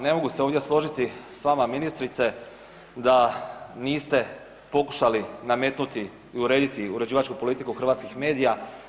Ne mogu se ovdje složiti s vama ministrice da niste pokušali nametnuti i urediti uređivačku politiku hrvatskih medija.